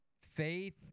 Faith